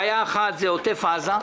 בעיה אחת היא עוטף עזה,